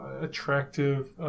attractive